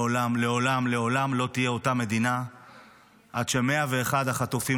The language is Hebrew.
לעולם לא תהיה אותה מדינה עד ש-101 החטופים,